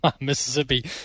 Mississippi